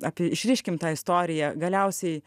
apie išriškim tą istoriją galiausiai